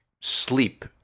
sleep